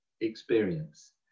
experience